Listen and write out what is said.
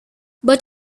but